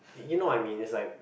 you know what I mean it's like